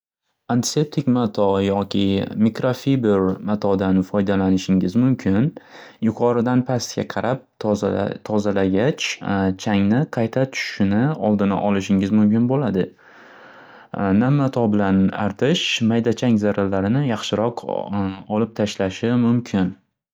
Antseptik mato yoki mikrofiber matodan foydalanishingiz mumkin. Yuqoridan pastga qarab toza-tozalagach changni qayta tushishini oldini olishingiz mumkin bo'ladi. Nam mato bilan artish mayda chang zarralarini yaxshiroq ol-olib tashlashi mumkin.